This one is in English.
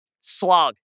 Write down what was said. Slog